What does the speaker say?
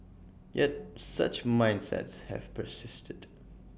yet such mindsets have persisted